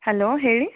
hello ಹೇಳಿ